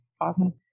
Awesome